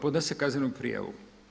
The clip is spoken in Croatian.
Podnosi kaznenu prijavu.